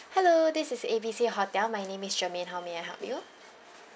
hello this is A B C hotel my name is germaine how may I help you